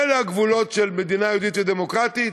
אלה הגבולות של מדינה יהודית ודמוקרטית